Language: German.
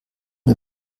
wir